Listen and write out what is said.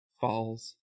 falls